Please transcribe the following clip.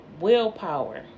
willpower